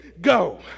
go